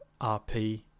RP